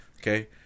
Okay